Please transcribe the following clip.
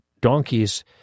donkeys